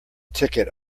ticket